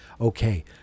Okay